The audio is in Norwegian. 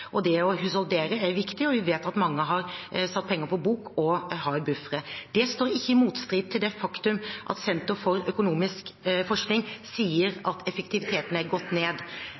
med budsjett. Å husholdere er viktig, og vi vet at mange har satt penger på bok og har buffere. Det står ikke i motstrid til det faktum at Senter for økonomisk forskning sier at effektiviteten har gått ned.